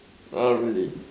uh really